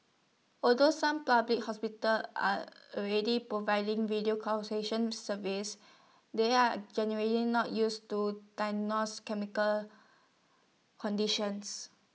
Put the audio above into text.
although some public hospitals are already providing video consultation services they are generally not used to diagnose chemical conditions